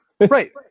right